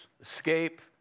escape